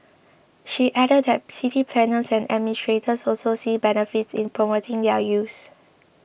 she added that city planners and administrators also see benefits in promoting their use